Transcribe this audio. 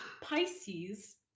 Pisces